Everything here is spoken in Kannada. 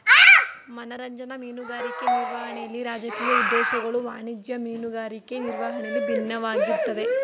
ಮನರಂಜನಾ ಮೀನುಗಾರಿಕೆ ನಿರ್ವಹಣೆಲಿ ರಾಜಕೀಯ ಉದ್ದೇಶಗಳು ವಾಣಿಜ್ಯ ಮೀನುಗಾರಿಕೆ ನಿರ್ವಹಣೆಯಲ್ಲಿ ಬಿನ್ನವಾಗಿರ್ತದೆ